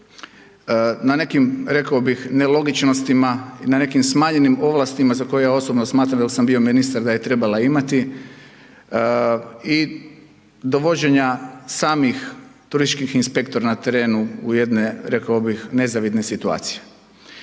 Na nekim rekao bih nelogičnostima, na nekim smanjenim ovlastima za koje ja osobno smatram dok sam bio ministar da je trebala imati i dovođenja samih turističkih inspektora na terenu u jednoj rekao bih nezavidnoj situaciji.